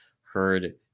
heard